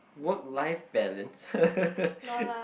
work life balance